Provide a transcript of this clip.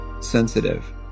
sensitive